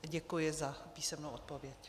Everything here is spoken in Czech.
Děkuji za písemnou odpověď.